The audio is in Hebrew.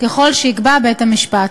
ככל שיקבע בית-המשפט.